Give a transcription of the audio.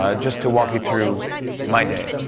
ah just to walk you through my day,